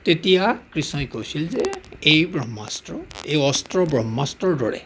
তেতিয়া কৃষ্ণই কৈছিল যে এই ব্ৰহ্মাস্ত্ৰ এই অস্ত্ৰ ব্ৰহ্মাস্ত্ৰৰ দৰে